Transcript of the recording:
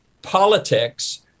politics